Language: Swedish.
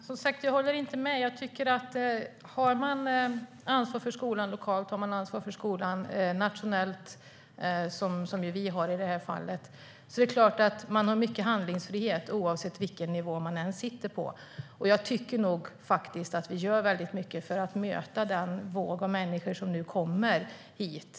Herr talman! Jag håller inte med. Har man ansvar för skolan lokalt och nationellt, som vi har i det här fallet, har man mycket handlingsfrihet oavsett vilken nivå man än sitter på. Jag tycker nog att vi gör väldigt mycket för att möta den våg av människor som nu kommer hit.